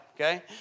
okay